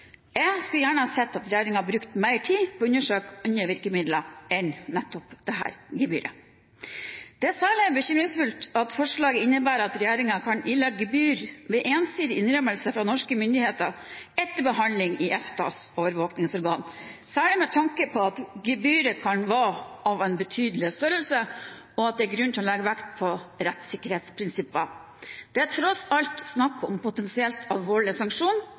Jeg skulle gjerne ha sett at regjeringen hadde brukt mer tid på å undersøke andre virkemidler enn nettopp dette gebyret. Det er særlig bekymringsfullt at forslaget innebærer at regjeringen kan ilegge gebyr ved ensidig innrømmelse fra norske myndigheter etter behandling i EFTAs overvåkningsorgan. Særlig med tanke på at gebyret kan være av en betydelig størrelse, er det grunn til å legge vekt på rettssikkerhetsprinsipper. Det er tross alt snakk om en potensielt alvorlig sanksjon